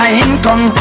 income